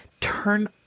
turn